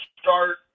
start